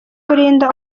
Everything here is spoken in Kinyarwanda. kurinda